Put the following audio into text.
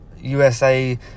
usa